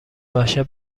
وحشت